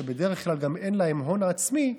שבדרך כלל גם אין להם הון עצמי,